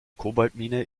kobaltmine